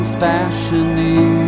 fashioning